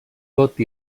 tot